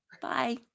Bye